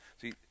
See